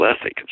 ethic